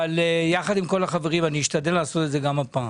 אבל ביחד עם כל החברים אשתדל לעשות את זה גם הפעם: